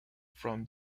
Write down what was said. from